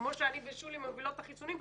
כמו שאני ושולי מובילות את נושא החיסונים,